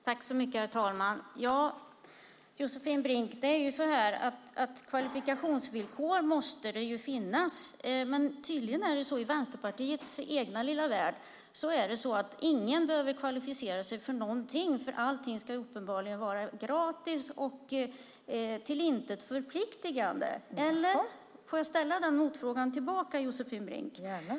Herr talman! Kvalifikationsvillkor måste det finnas, Josefin Brink, men tydligen är det så i Vänsterpartiets egen lilla värld att ingen behöver kvalificera sig för någonting, för allting ska uppenbarligen vara gratis och till intet förpliktande. Får jag ställa den motfrågan, Josefin Brink?